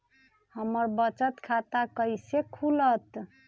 हमर बचत खाता कैसे खुलत?